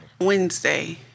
Wednesday